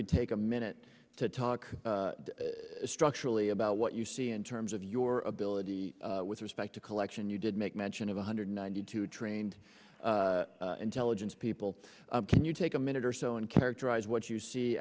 could take a minute to talk structurally about what you see in terms of your ability with respect to collection you did make mention of one hundred ninety two trained intelligence people can you take a minute or so and characterize what you see